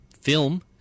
film